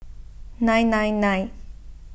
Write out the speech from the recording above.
nine nine nine